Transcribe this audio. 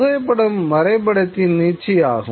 புகைப்படம் வரைபடத்தின் நீட்சியாகும்